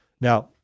Now